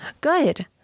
good